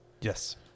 Yes